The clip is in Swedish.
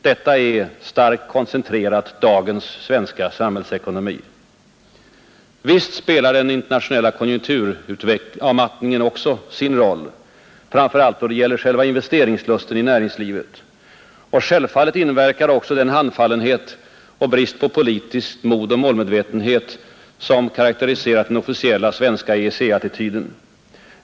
Detta är — starkt koncentrerat — dagens svenska samhällsekonomi. Visst spelar den internationella konjunkturavmattningen också sin roll, framför allt då det gäller investeringslusten i näringslivet. Självfallet inverkar även den handfallenhet och brist på politiskt mod och målmedvetenhet, som karakteriserat den officiella svenska EEC-attityden.